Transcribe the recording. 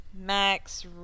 Max